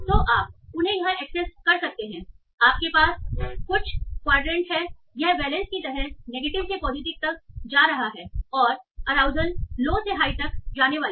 तो आप उन्हें यहां एक्सेस कर सकते हैं तो आपके पास कुछ क्वाड्रेंट है यह वैलेन्स की तरह नेगेटिव से पॉजिटिव तक जा रहा है और अराउजल लो से हाई तक जाने वाली